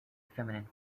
feminine